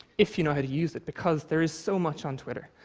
if you know how to use it, because there is so much on twitter.